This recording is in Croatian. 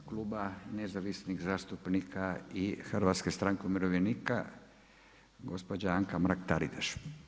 U ime Kluba nezavisnih zastupnika i Hrvatske stranke umirovljenika, gospođa Anaka Mrak-Taritaš.